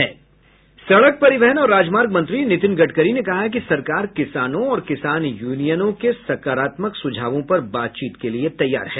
सड़क परिवहन और राजमार्ग मंत्री नितिन गडकरी ने कहा है कि सरकार किसानों और किसान यूनियनों के सकारात्मक सुझावों पर बातचीत के लिए तैयार है